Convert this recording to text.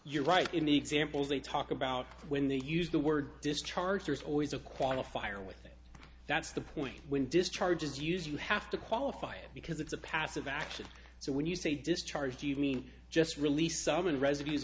you're right in the examples they talk about when they use the word discharge there's always a qualifier with it that's the point when discharges use you have to qualify it because it's a passive action so when you say discharge evening just release some and resume is